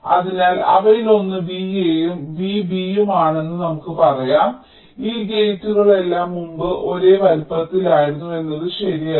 അതിനാൽ അവയിലൊന്ന് VAയും VBയുമാണെന്ന് നമുക്ക് പറയാം ഈ ഗേറ്റുകളെല്ലാം മുമ്പ് ഒരേ വലുപ്പത്തിലായിരുന്നു എന്നത് ശരിയല്ല